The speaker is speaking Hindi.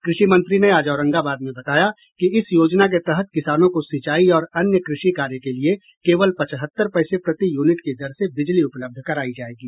कृषि मंत्री ने आज औरंगाबाद में बताया कि इस योजना के तहत किसानों को सिंचाई और अन्य कृषि कार्य के लिए केवल पचहत्तर पैसे प्रति यूनिट की दर से बिजली उपलब्ध करायी जाएगी